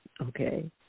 okay